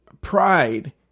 Pride